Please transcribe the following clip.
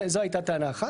זו הייתה טענה אחת.